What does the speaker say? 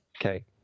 Okay